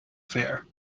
affair